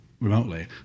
remotely